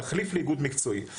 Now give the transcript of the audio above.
תחליף לאיגוד מקצועי.